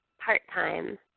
part-time